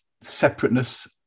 separateness